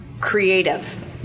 creative